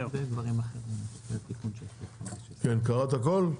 כן, קראת הכל?